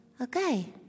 Okay